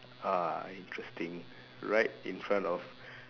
ah interesting right in front of